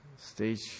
Stage